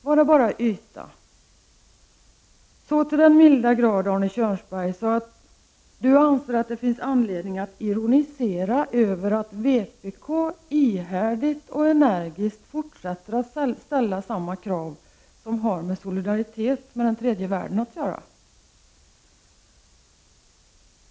Var det bara en yta, så pass att Arne Kjörnsberg anser att det finns anledning att ironisera över att vpk ihärdigt och energiskt fortsätter att ställa samma krav som har med solidaritet med den tredje världen att göra?